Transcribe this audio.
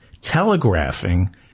telegraphing